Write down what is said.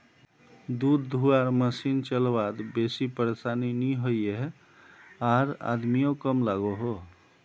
दूध धुआर मसिन चलवात बेसी परेशानी नि होइयेह आर आदमियों कम लागोहो